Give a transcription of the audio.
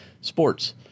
sports